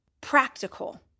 practical